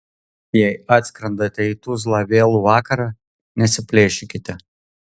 jei atskrendate į tuzlą vėlų vakarą nesiplėšykite